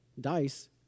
Dice